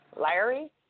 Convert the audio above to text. Larry